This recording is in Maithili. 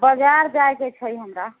बाजार जायके छै हमरा